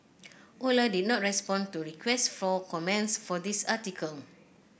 Ola did not respond to requests for comment for this article